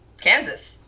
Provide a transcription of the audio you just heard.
Kansas